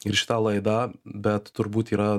ir šitą laidą bet turbūt yra